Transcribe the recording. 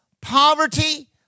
poverty